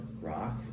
rock